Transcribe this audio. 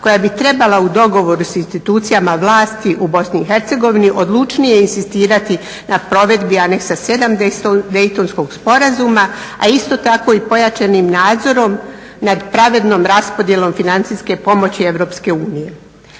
koja bi trebala u dogovoru s institucijama vlasti u BiH odlučnije inzistirati na provedbi anexa 7 Daytonskog sporazuma, a isto tako i pojačanim nadzorom nad pravednom raspodjelom financijske pomoći